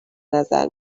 نظر